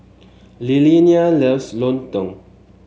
Lilianna loves lontong